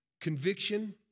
Conviction